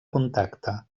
contacte